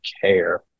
care